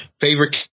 favorite